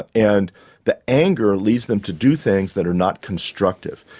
ah and the anger leads them to do things that are not constructive.